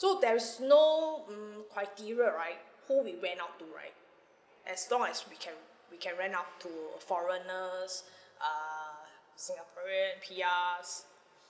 so there's no mm criteria right who we rent out to right as long as we can we can rent out to uh foreigners err singaporean P_Rs